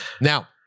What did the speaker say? Now